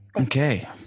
Okay